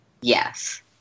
Yes